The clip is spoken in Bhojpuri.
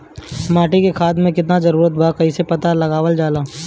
माटी मे खाद के कितना जरूरत बा कइसे पता लगावल जाला?